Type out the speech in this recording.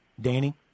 danny